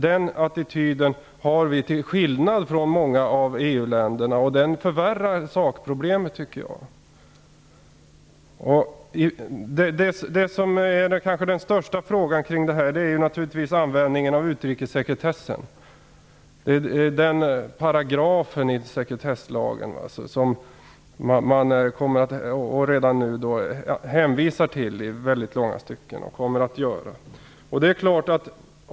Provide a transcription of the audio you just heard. Den attityden har vi till skillnad från många av EU-länderna, och den förvärrar sakproblemet, tycker jag. Den största frågan gäller naturligtvis användningen av utrikessekretessen. Man hänvisar redan nu i många stycken till denna paragraf i sekretesslagen, och man kommer att göra det.